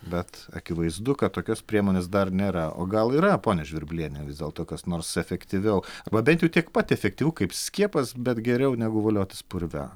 bet akivaizdu kad tokios priemonės dar nėra o gal yra ponia žvirbliene vis dėlto kas nors efektyviau arba bent jau tiek pat efektyvu kaip skiepas bet geriau negu voliotis purve